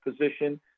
position